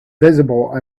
visible